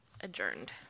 adjourned